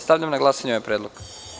Stavljam na glasanje ovaj predlog.